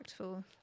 impactful